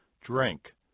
Drink